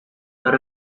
were